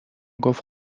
گفت